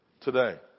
today